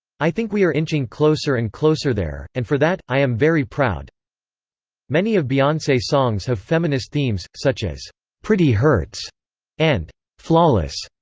i think we are inching closer and closer there, and for that, i am very proud many of beyonce songs have feminist themes, such as pretty hurts and flawless,